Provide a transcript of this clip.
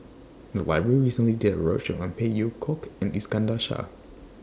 The Library recently did A roadshow on Phey Yew Kok and Iskandar Shah